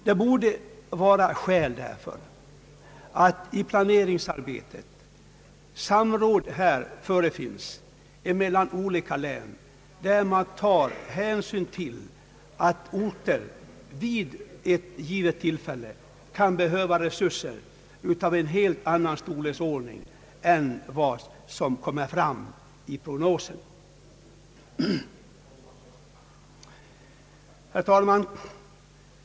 Det bör därför finnas skäl för att samråd sker mellan olika län när det gäller planeringsarbetet, varvid hänsyn bör tas till att orter vid ett givet tillfälle kan behöva resurser av en helt annan storleksordning än som framgår av prognosen. Herr talman!